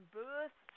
birth